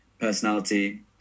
personality